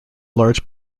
large